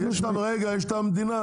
ויש את המדינה,